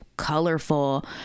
colorful